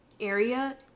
area